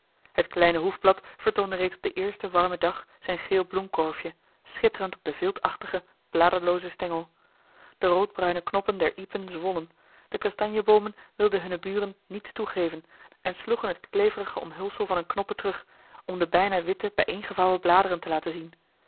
het kleine hoefblad vertoonde reeds op den eersten warmen dag zijn geel bloemkorfje schitterend op den viltachtigen bladerloozen stengel de roodbruine knoppen der iepen zwollen de kastanjeboomen wilden hunnen buren niets toegeven en sloegen t kleverige omhulsel van hunne knoppen terug om de bijna witte bijeengevouwen bladeren te laten zien